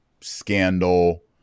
scandal